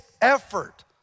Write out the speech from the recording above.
effort